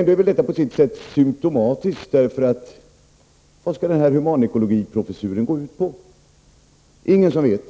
Ändå är väl detta på sitt sätt symtomatiskt. Vad skall den här humanekologiprofessuren gå ut på? Det är det ingen som vet.